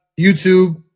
YouTube